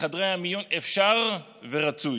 לחדרי המיון אפשר ורצוי.